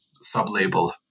sub-label